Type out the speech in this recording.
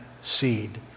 seed